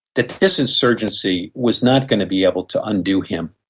that this insurgency was not going to be able to undo him,